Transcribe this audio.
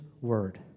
word